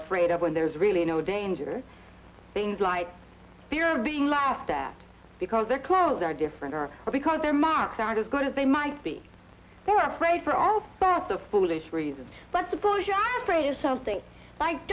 afraid of when there's really no danger things like fear of being laughed at because their clothes are different or because their marks aren't as good as they might be they're afraid for all sorts of foolish reasons but before your eyes praise something like